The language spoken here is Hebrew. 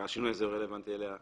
שהשינוי הזה רלוונטי לגביה בפועל.